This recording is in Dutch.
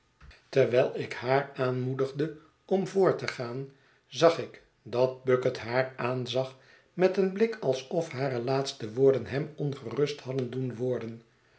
terwijl ik haar aanmoedigde om voort te gaan zag ik dat bucket haar aanzag met een blik alsof hare laatste woorden hem ongerust hadden doen worden